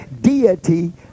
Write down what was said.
deity